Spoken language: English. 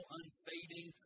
unfading